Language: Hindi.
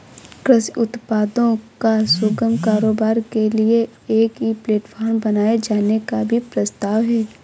कृषि उत्पादों का सुगम कारोबार के लिए एक ई प्लेटफॉर्म बनाए जाने का भी प्रस्ताव है